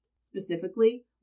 Specifically